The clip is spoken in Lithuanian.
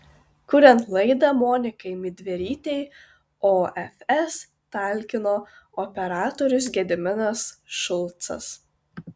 kuriant laidą monikai midverytei ofs talkino operatorius gediminas šulcas